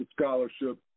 scholarship